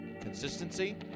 consistency